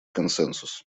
консенсус